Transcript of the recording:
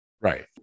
Right